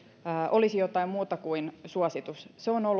olisi jotain muuta kuin suositus koko